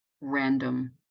random